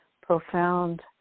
profound